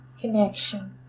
connection